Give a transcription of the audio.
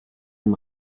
dem